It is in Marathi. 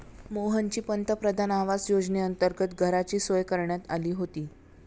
मोहनची पंतप्रधान आवास योजनेअंतर्गत घराची सोय करण्यात आली होती